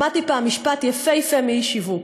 שמעתי פעם משפט יפהפה מאיש שיווק: